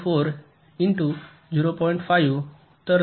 04 into 0